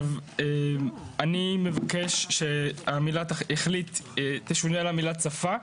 אני מבקש שהמילה "החליט" תשונה למילה "צפה".